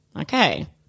Okay